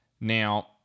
now